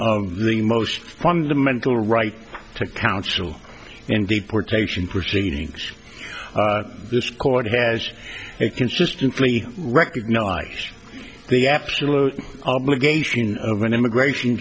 of the most fundamental right to counsel in deportation proceedings this court has consistently recognized the absolute obligation of an immigration